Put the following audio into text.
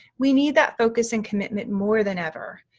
we need that focus and commitment more than ever,